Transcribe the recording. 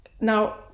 Now